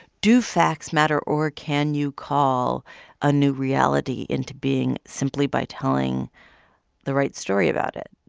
do facts matter, or can you call a new reality into being simply by telling the right story about it?